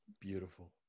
Beautiful